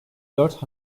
dört